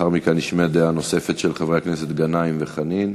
לאחר מכן נשמע דעה נוספת של חברי הכנסת גנאים וחנין.